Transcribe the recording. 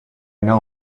know